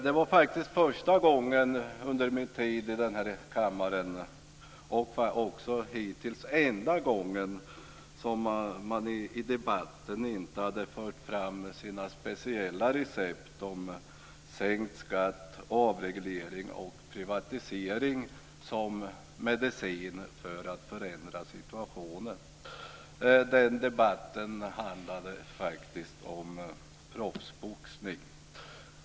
Det var första gången under min tid i den här kammaren - och hittills också den enda gången - som man i debatten inte förde fram sina speciella recept om sänkt skatt, avreglering och privatisering som medicin för att förändra situationen. Den debatten handlade om proffsboxning.